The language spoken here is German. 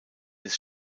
des